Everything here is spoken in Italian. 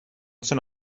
sono